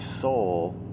soul